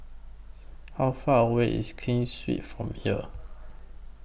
How Far away IS Keen Sui from here